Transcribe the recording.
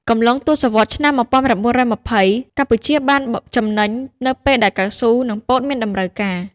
កំឡុងទសវត្សឆ្នាំ១៩២០ កម្ពុជាបានចំណេញនៅពេលដែលកៅស៊ូនិងពោតមានតម្រូវការ។